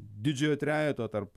didžiojo trejeto tarp